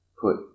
put